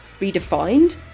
redefined